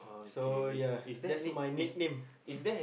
so ya that's my nickname